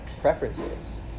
preferences